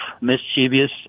mischievous